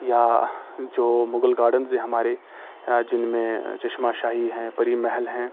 یا جو مغل گارڈنز ہیں ہمارے یا جن میں چشمہ شاہی ہیں پری محل ہیں